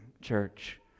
church